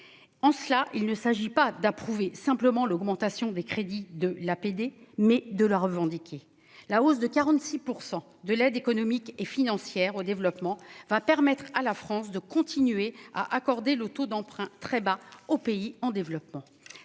non pas simplement d'approuver l'augmentation des crédits de l'APD, mais de la revendiquer. La hausse de 46 % de l'aide économique et financière au développement va permettre à la France de continuer à accorder des taux d'emprunt très bas aux pays en développement.